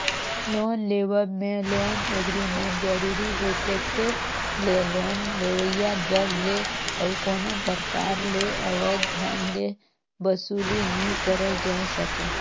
loan लेवब में loan agreement जरूरी हे तेकरे ले लोन लेवइया जग ले अउ कोनो परकार ले अवैध ढंग ले बसूली नी करल जाए सके